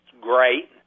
great